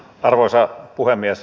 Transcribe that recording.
arvoisa puhemies